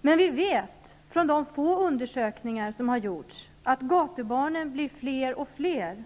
Men vi vet från de få undersökningar som har gjorts att gatubarnen blir fler.